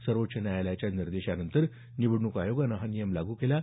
सर्वोच्व न्यायालयाच्या निर्देशानंतर निवडणूक आयोगानं हा नियम लागू केला आहे